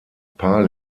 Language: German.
paar